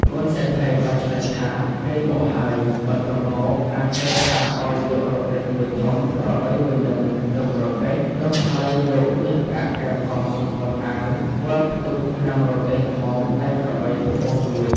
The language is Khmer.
កូនសេដ្ឋីក៏ឆ្លើយថាគេមកហើយ បន្ទាប់មក អាខិលថាឲ្យយករទេះមួយធំក្របី មួយនឹមទឹមរទេះ នោះហើយយកមាសប្រាក់កែវកងសំពត់អាវ វាល់ផ្ទុកក្នុងរទេះល្មមតែក្របីនោះអូសរួច។